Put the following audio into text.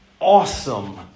awesome